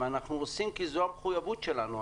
אנחנו עושים כי זו המחויבות שלנו.